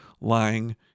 lying